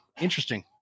interesting